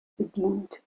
bedient